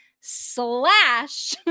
slash